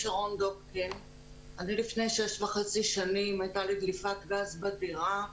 אני לפני שש וחצי שנים, הייתה לי דליפת גז בדירה.